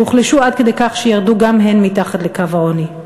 שהוחלשו עד כדי כך שירדו גם הם מתחת לקו העוני.